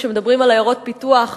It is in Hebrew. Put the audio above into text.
כשמדברים על עיירות פיתוח,